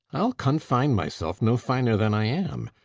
i'll confine myself no finer than i am.